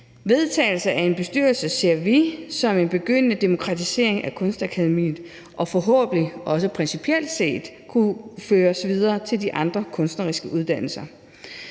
Vedtagelsen af en bestyrelse ser vi som en begyndende demokratisering af Kunstakademiet, som forhåbentlig også principielt set vil kunne føres videre til de andre kunstneriske uddannelser.